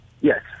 Yes